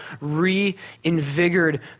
reinvigorated